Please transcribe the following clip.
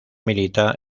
milita